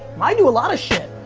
i do a lot of shit.